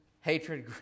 hatred